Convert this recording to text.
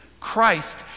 Christ